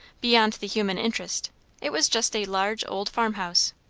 beyond the human interest it was just a large old farmhouse,